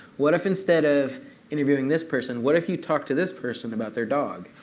what if instead of interviewing this person, what if you talked to this person about their dog?